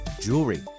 jewelry